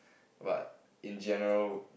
but in general